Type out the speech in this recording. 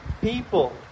people